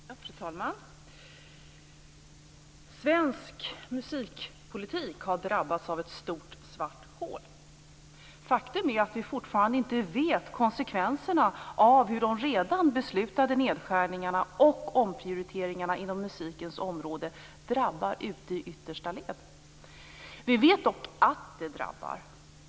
Fru talman! Svensk musikpolitik har drabbats av ett stort svart hål. Faktum är att vi fortfarande inte vet hur de redan beslutade nedskärningarna och omprioriteringarna inom musikens område drabbar ute i yttersta led. Vi vet dock att de drabbar.